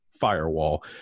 firewall